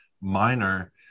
minor